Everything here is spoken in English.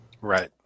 Right